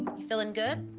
feeling good?